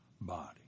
body